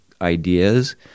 ideas